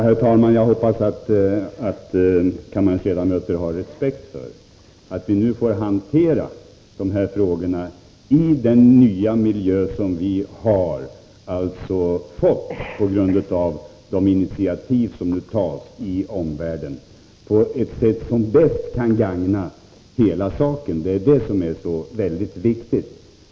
Herr talman! Jag hoppas att kammarens ledamöter har respekt för att vi nu får hantera de här frågorna, i den nya miljö som vi har fått på grund av de initiativ som tas i omvärlden, på ett sätt som bäst kan gagna hela saken. Det är det som är så väldigt viktigt.